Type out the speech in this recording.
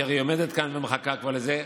כי הרי היא עומדת כאן וכבר מחכה לזה,